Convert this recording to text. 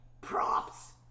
props